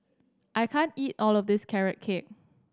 I can't eat all of this Carrot Cake